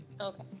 Okay